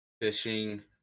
fishing